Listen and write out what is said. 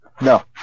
no